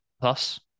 plus